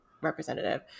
representative